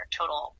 total